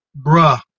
bruh